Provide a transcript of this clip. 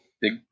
Big